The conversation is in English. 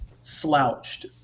slouched